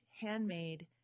handmade